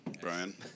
Brian